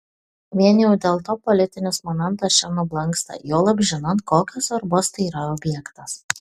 vien jau dėl to politinis momentas čia nublanksta juolab žinant kokios svarbos tai yra objektas